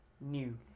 new